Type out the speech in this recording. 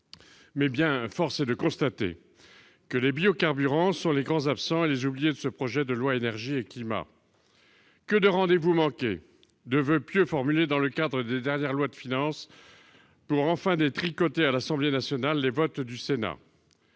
Mais force est de constater que les biocarburants sont les grands absents et les oubliés de ce projet de loi Énergie et climat. Que de rendez-vous manqués, de voeux pieux formulés dans le cadre des dernières lois de finances pour finalement détricoter à l'Assemblée nationale les votes du Sénat !